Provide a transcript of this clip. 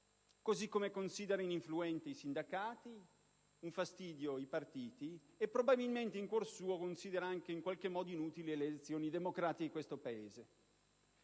Così come considera ininfluenti i sindacati, un fastidio i partiti e probabilmente, in cuor suo, anche inutili le elezioni democratiche in questo Paese.